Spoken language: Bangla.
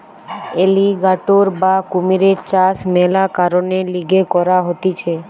এলিগ্যাটোর বা কুমিরের চাষ মেলা কারণের লিগে করা হতিছে